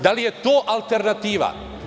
Da li je to alternativa?